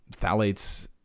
phthalates